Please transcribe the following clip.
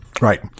Right